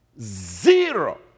zero